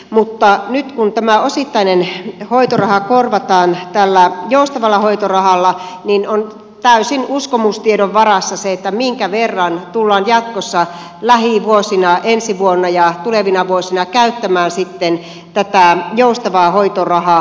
mutta nyt kun tämä osittainen hoitoraha korvataan tällä joustavalla hoitorahalla on täysin uskomustiedon varassa se minkä verran tullaan jatkossa lähivuosina ensi vuonna ja tulevina vuosina käyttämään sitten tätä joustavaa hoitorahaa